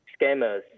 scammers